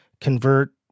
convert